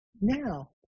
Now